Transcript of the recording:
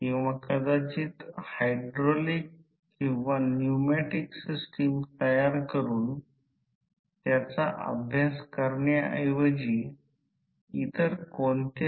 मी V1 वापरत आहे हे नक्कीच फरक आहे एक फरक चालक V2 मी हे प्रतीक का केले आहे